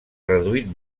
reduït